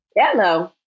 Hello